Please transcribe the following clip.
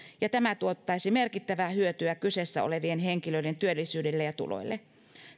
ja tämä tuottaisi merkittävää hyötyä kyseessä olevien henkilöiden työllisyydelle ja tuloille